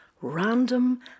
random